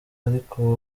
ariko